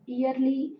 Yearly